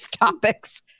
topics